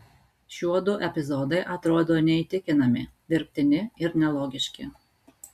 šiuodu epizodai atrodo neįtikinami dirbtini ir nelogiški